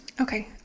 Okay